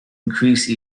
increase